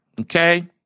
Okay